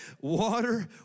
Water